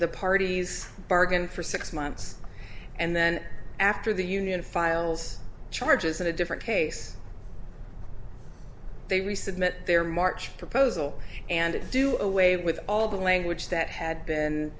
the parties bargain for six months and then after the union files charges in a different case they resubmit their march proposal and do away with all the language that had been